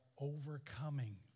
overcoming